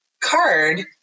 card